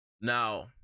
Now